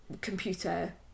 computer